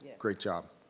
great job.